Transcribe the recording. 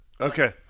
Okay